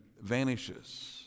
vanishes